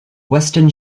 western